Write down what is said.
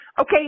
Okay